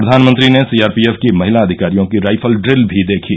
प्रधानमंत्री ने सीआरपीएफ की महिला अधिकारियों की राईफल ड्रिल भी देखी